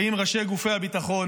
באים ראשי גופי הביטחון,